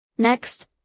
Next